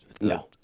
No